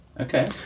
Okay